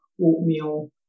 oatmeal